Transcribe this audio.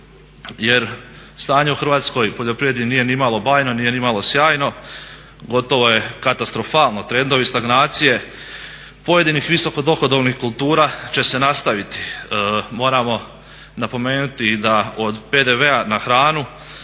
jer stanje u hrvatskoj poljoprivredi nije nimalo bajno, nije nimalo sjajno, gotovo je katastrofalno, trendovi stagnacije pojedinih visoko dohodovnih kultura će se nastaviti. Moramo napomenuti i da od PDV-a na hranu